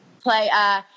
play –